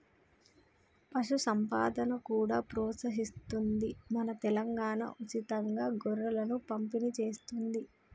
పశు సంపదను కూడా ప్రోత్సహిస్తుంది మన తెలంగాణా, ఉచితంగా గొర్రెలను పంపిణి చేస్తుంది